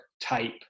type